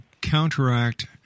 counteract